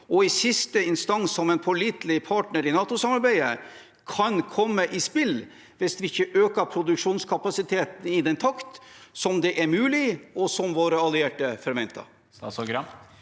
og i siste instans som en pålitelig partner i NATO-samarbeidet, kan komme i spill hvis vi ikke øker produksjonskapasiteten i den takt det er mulig, og som våre allierte forventer?